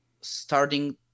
starting